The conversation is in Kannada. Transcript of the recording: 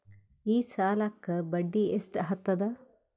ಈ ಸಾಲಕ್ಕ ಬಡ್ಡಿ ಎಷ್ಟ ಹತ್ತದ?